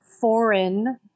foreign